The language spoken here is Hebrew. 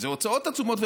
כי זה הוצאות עצומות,